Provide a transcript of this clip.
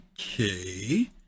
okay